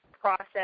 process